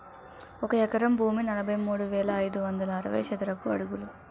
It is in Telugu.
ఒక ఎకరం భూమి నలభై మూడు వేల ఐదు వందల అరవై చదరపు అడుగులు